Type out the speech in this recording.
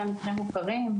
מוכרים.